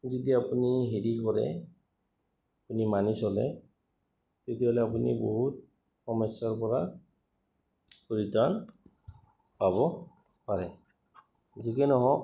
যদি আপুনি হেৰি কৰে আপুনি মানি চলে তেতিয়াহ'লে আপুনি বহুত সমস্যাৰ পৰা পৰিত্ৰান পাব পাৰে যিকি নহওক